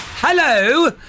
Hello